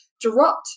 dropped